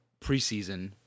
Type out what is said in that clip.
preseason